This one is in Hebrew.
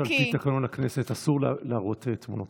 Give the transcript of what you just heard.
את יודעת שעל פי תקנון הכנסת אסור להראות תמונות.